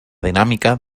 dinàmica